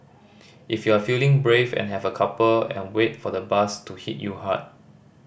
if you're feeling brave and have a couple and wait for the buzz to hit you hard